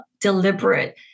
deliberate